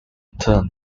turn